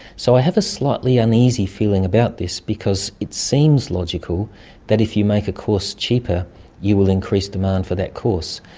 so i have a slightly uneasy feeling about this because it seems logical that if you make a course cheaper you will increase demand for that course.